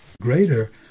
greater